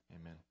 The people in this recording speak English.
Amen